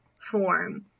form